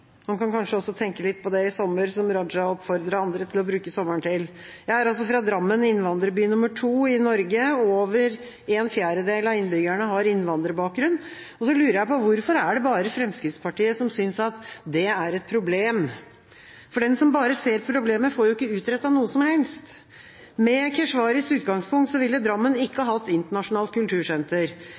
Han kan kanskje tenke litt på det i sommer, som Raja oppfordret andre til å bruke sommeren til. Jeg er altså fra Drammen, innvandrerby nr. 2 i Norge, der over en fjerdedel av innbyggerne har innvandrerbakgrunn. Jeg lurer på: Hvorfor er det bare Fremskrittspartiet som synes at det er et problem? Den som bare ser problemer, får jo ikke utrettet noe som helst. Med Keshvaris utgangspunkt ville Drammen ikke hatt internasjonalt kultursenter,